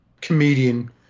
comedian